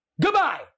Goodbye